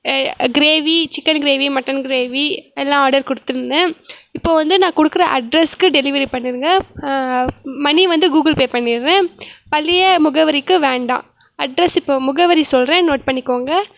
gravy chicken gravy mutton gravy எல்லாம் order கொடுத்துருந்தேன் இப்போது வந்து நான் கொடுக்குற அட்ரெஸ்க்கு டெலிவரி பண்ணிடுங்க மணி வந்து கூகுள்பே பண்ணிடறேன் பழைய முகவரிக்கு வேண்டாம் அட்ரெஸ் இப்போது முகவரி சொல்கிறேன் நோட் பண்ணிக்கோங்க